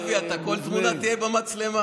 אבי, אתה בכל תמונה תהיה במצלמה.